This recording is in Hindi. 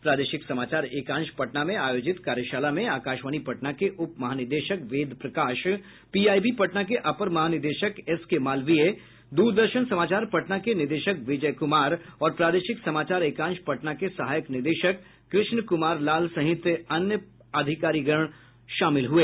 प्रादेशिक समाचार एकांश पटना में आयोजित कार्यशाला में आकाशवाणी पटना के उप महानिदेशक वेद प्रकाश पीआईबी पटना के अपर महानिदेशक एसके मालवीय दूरदर्शन समाचार पटना के निदेशक विजय कुमार और प्रादेशिक समाचार एकांश पटना के सहायक निदेशक कृष्ण कुमार लाल सहित अन्य अधिकारीगण शामिल हुए